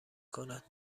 کند